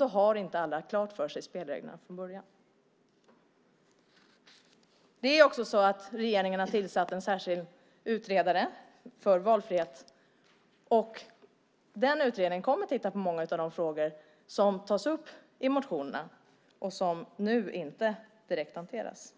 har inte alla spelreglerna klara för sig från början. Regeringen har tillsatt en särskild utredare för valfrihet. Den utredningen kommer att titta på många av de frågor som tas upp i motionerna och som nu inte direkt hanteras.